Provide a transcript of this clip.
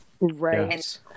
Right